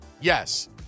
Yes